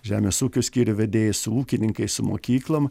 žemės ūkių skyrių vedėjais su ūkininkais su mokyklom